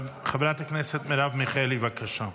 חברת הכנסת מרב מיכאלי, בבקשה.